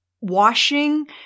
washing